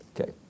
Okay